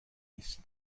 نیست